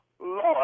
Lord